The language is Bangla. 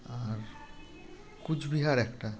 আর কুচবিহার একটা